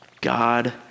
God